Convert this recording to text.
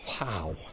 wow